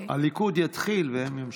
הליכוד יתחיל והם ימשיכו.